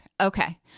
Okay